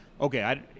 okay